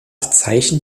zeichen